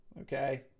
okay